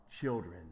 children